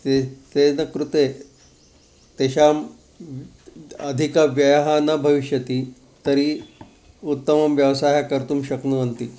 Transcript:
ते तेन कृते तेषाम् अधिकः व्ययः न भविष्यति तर्हि उत्तमः व्यवसायः कर्तुं शक्नुवन्ति